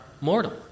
mortal